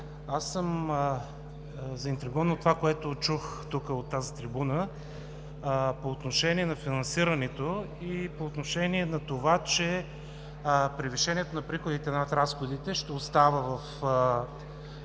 аз съм заинтригуван от това, което чух тук от тази трибуна, по отношение на финансирането и по отношение, на това че превишението на приходите над разходите ще остава в този така